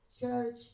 church